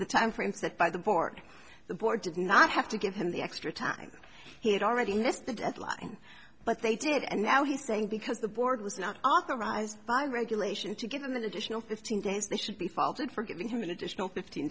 the timeframe set by the board the board did not have to give him the extra time he had already missed the deadline but they did and now he's saying because the board was not authorized by regulation to give him an additional fifteen days they should be faulted for giving him an additional fift